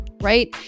right